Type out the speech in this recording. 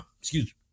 excuse